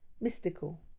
mystical